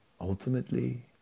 ultimately